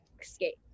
escape